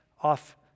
off